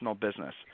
business